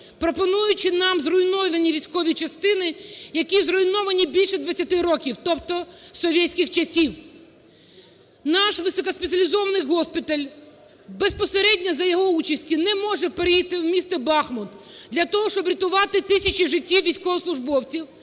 пропонуючи нам зруйновані військові частини, які зруйновані більше 20 років, тобто совєтських часів. Наш високоспеціалізований госпіталь, безпосередньо за його участі, не може перейти в місто Бахмут для того, щоб рятувати тисячі життів військовослужбовців